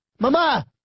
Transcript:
mama